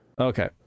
Okay